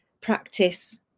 practice